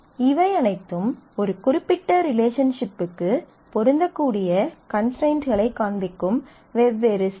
இவை அனைத்தும் ஒரு குறிப்பிட்ட ரிலேஷன்ஷிப்க்கு பொருந்தக்கூடிய கன்ஸ்ட்ரைண்ட்களைக் காண்பிக்கும் வெவ்வேறு ஸ்டைல்ஸ்